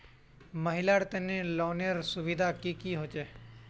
महिलार तने लोनेर सुविधा की की होचे?